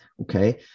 Okay